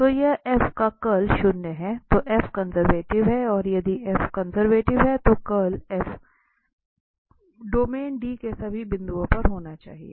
तो यह का कर्ल शून्य है तो कंजर्वेटिव है और यदि कंजर्वेटिव है तो कर्ल डोमेन D के सभी बिंदुओं पर होना चाहिए